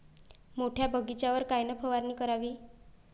मोठ्या बगीचावर कायन फवारनी करावी?